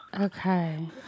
Okay